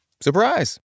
surprise